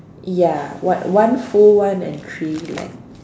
ya one one full one and three like